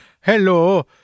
Hello